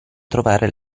trovare